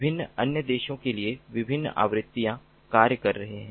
विभिन्न अन्य देशों के लिए विभिन्न आवृत्तियां कार्य कर रहे हैं